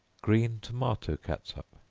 green tomato catsup.